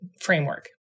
framework